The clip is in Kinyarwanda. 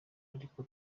ariko